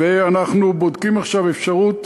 אנחנו בודקים עכשיו אפשרות